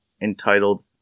entitled